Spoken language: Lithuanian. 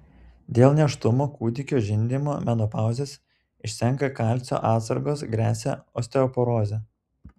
dėl nėštumo kūdikio žindymo menopauzės išsenka kalcio atsargos gresia osteoporozė